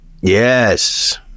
Yes